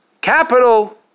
capital